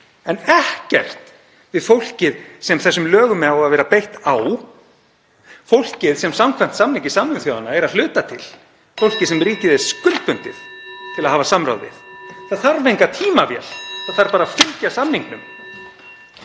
en ekkert við fólkið sem þessum lögum á að vera beitt á, fólkið sem samkvæmt samningi Sameinuðu þjóðanna er að hluta til fólkið (Forseti hringir.) sem ríkið er skuldbundið til að hafa samráð við. Það þarf enga tímavél. Það þarf bara að fylgja samningnum.